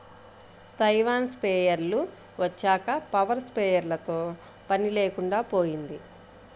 Taiwan స్ప్రేయర్లు వచ్చాక power స్ప్రేయర్లతో పని లేకుండా పోయింది